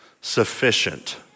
sufficient